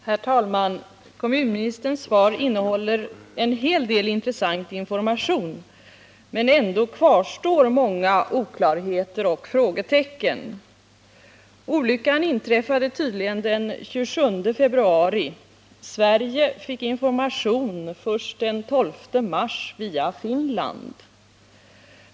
Herr talman! Kommunministerns svar innehåller en hel del intressant information, men ändå kvarstår många oklarheter och frågetecken. Olyckan inträffade tydligen den 27 februari. Sverige fick information först den 12 mars via Finland.